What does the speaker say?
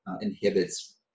inhibits